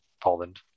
Poland